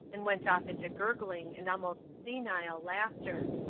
and went off into gurgling and almost senile laughter.